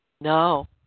No